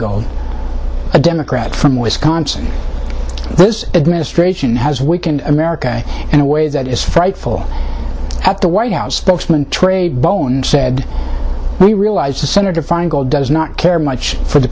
gold a democrat from wisconsin this administration has weakened america in a way that is frightful at the white house spokesman trey bone said we realize the senator feingold does not care much for the